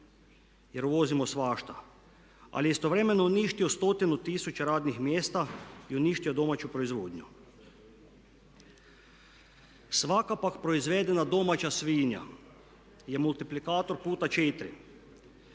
jer uvozimo svašta, ali je istovremeno uništio 100 tisuća radnih mjesta i uništio domaću proizvodnju. Svaka pak proizvedena domaća svinja je multiplikator puta 4